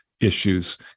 issues